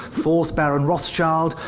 fourth baron rothschild.